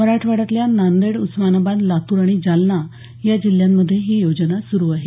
मराठवाड्यातल्या नांदेड उस्मानाबाद लातूर आणि जालना या जिल्ह्यांमध्ये ही योजना सुरू आहे